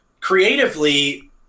creatively